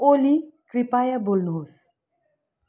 ओली कृपाया बोल्नुहोस्